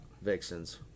Vixens